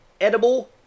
Edible